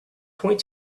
point